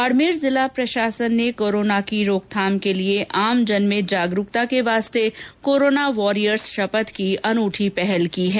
बाड़मेंर जिला प्रशासन ने कोरोना की रोकथाम के लिए आमजन में जागरूकता के लिए कोरोना वारियर्स शपथ की अनूठी पहल की है